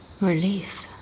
relief